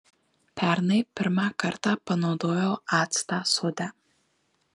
pernai pirmą kartą panaudojau actą sode